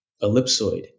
ellipsoid